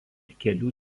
kelių